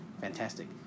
Fantastic